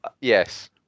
yes